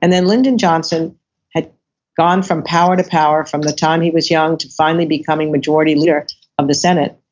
and then lyndon johnson had gone from power to power from the time he was young to finally becoming majority leader of the senate,